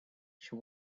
she